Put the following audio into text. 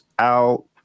out